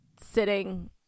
sitting